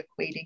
equating